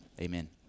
Amen